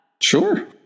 Sure